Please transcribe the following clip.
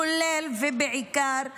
כולל ובעיקר בבנייה,